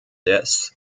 des